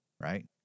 right